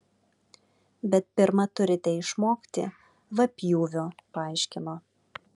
bet pirma turite išmokti v pjūvio paaiškino